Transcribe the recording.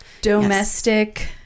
domestic